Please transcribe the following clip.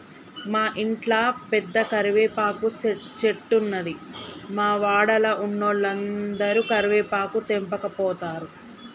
మా ఇంట్ల పెద్ద కరివేపాకు చెట్టున్నది, మా వాడల ఉన్నోలందరు కరివేపాకు తెంపకపోతారు